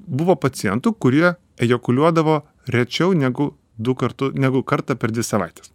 buvo pacientų kurie ejakuliuodavo rečiau negu du kartu negu kartą per dvi savaites